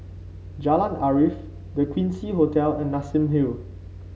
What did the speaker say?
Jalan Arif The Quincy Hotel and Nassim Hill